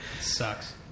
Sucks